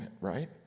right